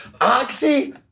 oxy